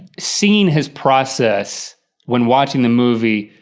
seeing his process when watching the movie,